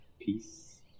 Peace